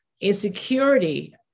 insecurity